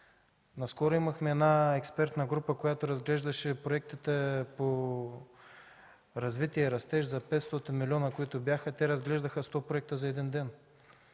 Наскоро имахме експертна група, която разглеждаше проектите по „Развитие и растеж” за 500 милиона. Те разглеждаха 100 проекта за един ден.